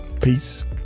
Peace